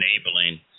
enabling